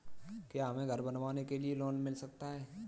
क्या हमें घर बनवाने के लिए लोन मिल सकता है?